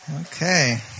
Okay